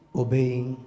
obeying